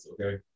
okay